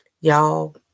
Y'all